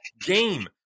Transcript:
game